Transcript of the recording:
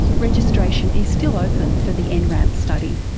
registration is still open for the and nramp study.